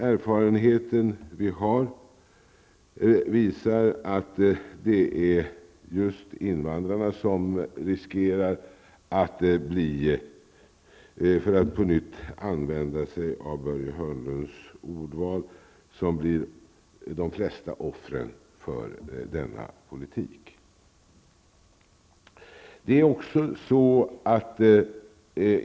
Erfarenheten visar att det just är invandrare som riskerar att bli, för att på nytt använda mig av Börje Hörnlunds ordval, de största offren för denna politik.